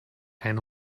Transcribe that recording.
ein